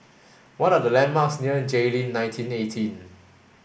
what are the landmarks near Jayleen nineteen eighteen